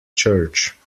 church